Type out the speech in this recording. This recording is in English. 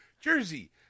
Jersey